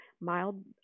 Mild